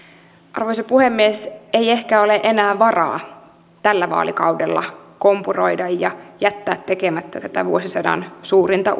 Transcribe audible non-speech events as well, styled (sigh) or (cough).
arvoisa puhemies ei ehkä ole enää varaa tällä vaalikaudella kompuroida ja jättää tekemättä tätä vuosisadan suurinta (unintelligible)